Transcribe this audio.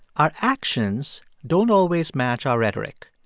our actions don't always match our rhetoric.